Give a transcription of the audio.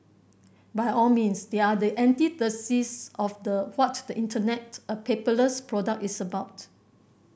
by all means they are the antithesis of the what the Internet a paperless product is about